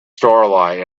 starlight